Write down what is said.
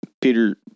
Peter